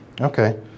Okay